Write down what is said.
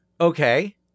Okay